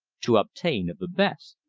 to obtain of the best.